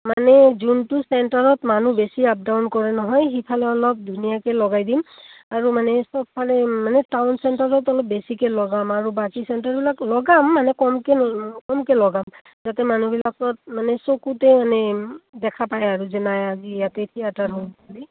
মানে যোনটো চেণ্টাৰত মানুহ বেছি আপ ডাউন কৰে নহয় সিফালে অলপ ধুনীয়াকে লগাই দিম আৰু মানে চবফালে মানে টাউন চেণ্টাৰত অলপ বেছিকে লগাম আৰু বাকী চেণ্টাৰবিলাক লগাম মানে কমকে কমকে লগাম যাতে মানুহবিলাকত মানে চকুতে মানে দেখা পায় আৰু আজি ইয়াতে থিয়েটাৰ হ'ল